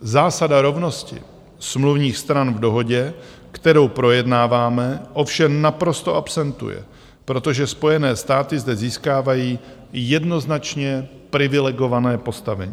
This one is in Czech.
Zásada rovnosti smluvních stran v dohodě, kterou projednáváme, ovšem naprosto absentuje, protože Spojené státy zde získávají jednoznačně privilegované postavení.